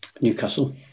Newcastle